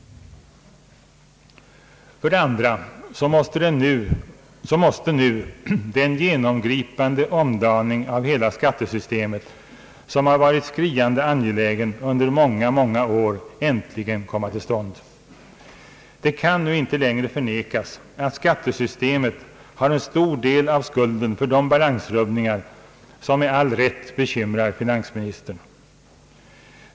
För det andra måste nu den genomgripande omdaning av hela skattesystemet som har varit skriande angelägen under många, många år äntligen komma till stånd. Det kan nu inte längre förnekas, att skattesystemet har en stor del av skulden för de balansrubbningar som med all rätt bekymrar finansministern.